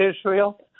Israel